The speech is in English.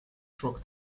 truck